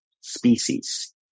species